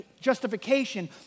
justification